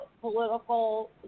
political